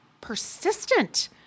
persistent